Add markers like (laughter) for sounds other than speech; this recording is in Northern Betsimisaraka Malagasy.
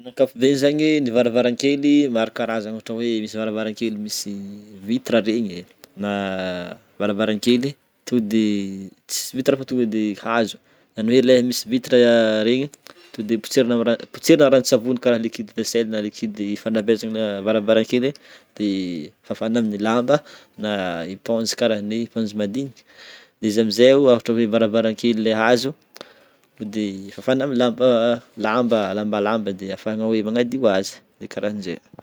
Amin'ny ankapobe zegny, ny varavarankely maro karazany, ohatra hoe misy varavarankely misy (hesitation) vitre regny na (hesitation) varavarankely to de tsisy vitre fa tonga de hazo. Zany hoe le misy vitre (hesitation) regny, tonga de potserina amin'ra- potserina am' ranon-tsavony karaha liquide vaisselle liquide fanabezagna varavarankely de fafana amin'ny lamba na éponge karahan'igny épogne madiniky.De izy amizay o ôhatra hoe varavarankely le hazo tonga de fafana amin'le lamba (hesitation) lamba lambalamba de afahagna hoe magnadio azy de karahan'jay.